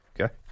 Okay